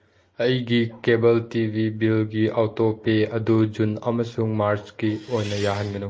ꯑꯩꯒꯤ cable T V ꯕꯤꯜꯒꯤ auto pay ꯑꯗꯨ ꯖꯨꯟ ꯑꯃꯁꯨꯡ ꯃꯥꯔꯁꯀꯤ ꯑꯣꯏꯅ ꯌꯥꯍꯟꯒꯅꯨ